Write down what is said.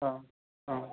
औ औ